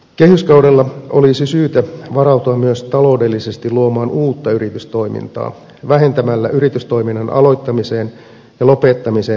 kehyskaudella olisi syytä varautua myös ta loudellisesti luomaan uutta yritystoimintaa vähentämällä yritystoiminnan aloittamiseen ja lopettamiseen liittyvää byrokratiaa